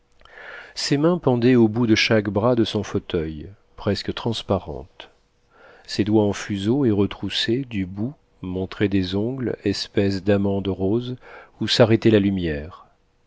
ses mains pendaient au bout de chaque bras de son fauteuil presque transparentes ses doigts en fuseaux et retroussés du bout montraient des ongles espèces d'amandes roses où s'arrêtait la lumière